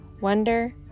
Wonder